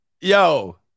Yo